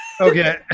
Okay